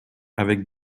avec